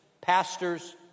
pastors